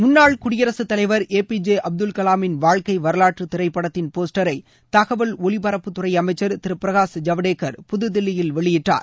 முன்னாள் குடியரசுத் தலைவர் ஏ பி ஜே அப்துல் கலாமின் வாழ்க்கை வரலாற்று திரைப்படத்தின் போஸ்டனர தகவல் ஒலிபரப்புத்துறை அமைச்சர் திரு பிரகாஷ் ஜவடேகர் புதுதில்லியில் வெளியிட்டார்